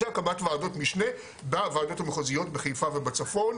זה הקמת ועדות משנה בוועדות המחוזיות בחיפה ובצפון,